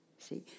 See